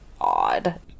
odd